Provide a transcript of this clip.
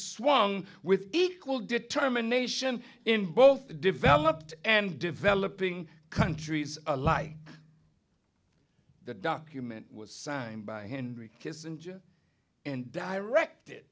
swung with equal determination in both the developed and developing countries alike the document was signed by henry kissinger and directed